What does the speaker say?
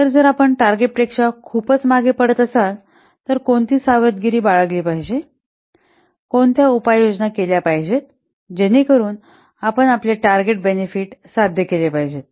तर जर आपण टार्गेटपेक्षा खूपच मागे पडत असाल तर कोणती सावधगिरी बाळगली पाहिजे कोणत्या उपाययोजना केल्या पाहिजेत जेणेकरून आपण आपले टार्गेट बेनेफिट साध्य केले पाहिजे